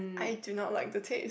I do not like the taste